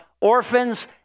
orphans